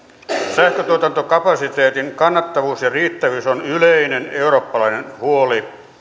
sähköntuotantokapasiteetin kannattavuus ja riittävyys on yleinen eurooppalainen huoli